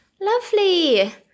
Lovely